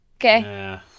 Okay